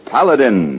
Paladin